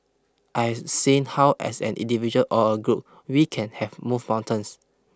I have seen how as an individual or a group we can have move mountains